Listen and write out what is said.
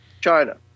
China